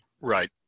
right